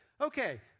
Okay